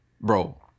Bro